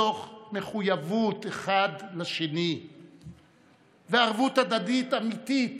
מתוך מחויבות אחד לשני וערבות הדדית אמיתית,